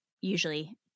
usually